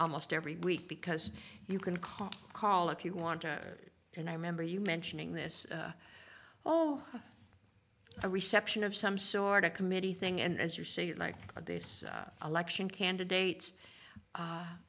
almost every week because you can call call if you want to and i remember you mentioning this oh a reception of some sort of committee thing and as you're saying it like this election candidates